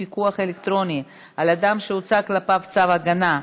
פיקוח אלקטרוני על אדם שהוצא נגדו צו הגנה),